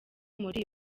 muri